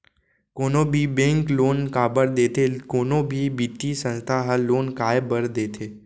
कोनो भी bank loan काबर देथे कोनो भी बित्तीय संस्था ह लोन काय बर देथे?